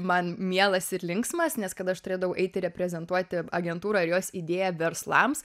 man mielas ir linksmas nes kada aš turėdavau eiti reprezentuoti agentūrą ir jos idėją verslams